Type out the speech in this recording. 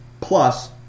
plus